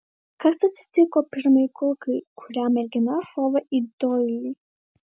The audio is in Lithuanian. kas atsitiko pirmai kulkai kurią mergina šovė į doilį